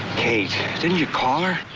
kate, didn't you call her.